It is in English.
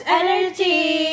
energy